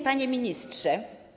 Panie Ministrze!